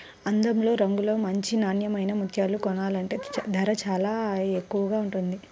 అందంలో, రంగులో మంచి నాన్నెమైన ముత్యాలను కొనాలంటే ధర చానా ఎక్కువగా ఉంటది